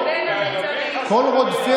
קואליציה